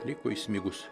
liko įsmigus